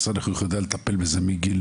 משרד החינוך יודע לטפל בזה מגיל